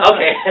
Okay